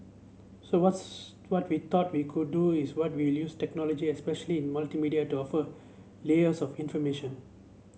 so what's what we thought we could do is what we use technology especially multimedia to offer layers of information